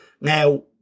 Now